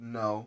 no